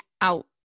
out